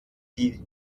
die